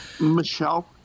Michelle